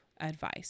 advice